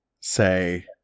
say